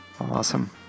Awesome